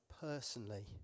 Personally